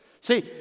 See